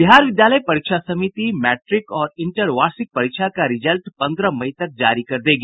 बिहार विद्यालय परीक्षा समिति मैट्रिक और इंटर वार्षिक परीक्षा का रिजल्ट पंद्रह मई तक जारी कर देगी